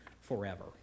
forever